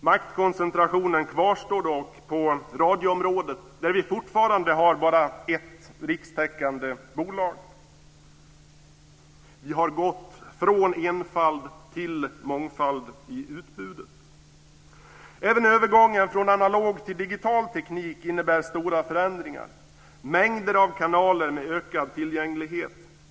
Maktkoncentrationen kvarstår dock på radioområdet, där vi fortfarande bara har ett rikstäckande bolag. Vi har gått från enfald till mångfald i utbudet. Även övergången från analog till digital teknik innebär stora förändringar. Den leder till mängder av kanaler med ökad tillgänglighet.